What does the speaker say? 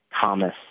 Thomas